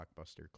blockbuster